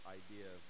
idea